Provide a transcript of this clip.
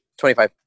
25